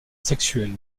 sexuel